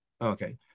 okay